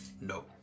No